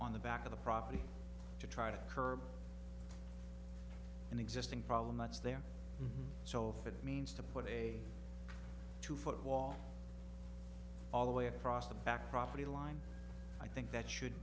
on the back of the property to try to curb an existing problem much there so if it means to put a two foot wall all the way across the back property line i think that should